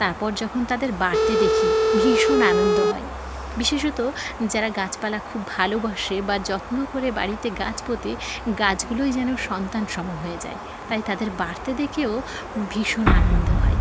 তারপর যখন তাদের বাড়তে দেখি ভীষণ আনন্দ হয় বিশেষত যারা গাছপালা খুব ভালোবাসে বা যত্ন করে বাড়িতে গাছ পোঁতে গাছগুলোই যেন সন্তানসম হয়ে যায় তাই তাদের বাড়তে দেখেও ভীষণ আনন্দ হয়